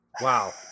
Wow